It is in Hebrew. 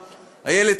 איילת,